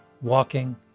walking